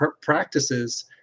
practices